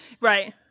Right